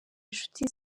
inshuti